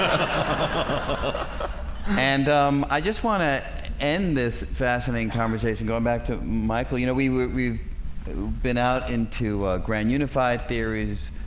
but and um i just want to end this fascinating conversation going back to michael, you know, we we've we we've been out in two grand unified theories.